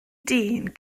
dyn